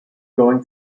going